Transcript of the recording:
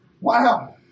Wow